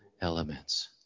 elements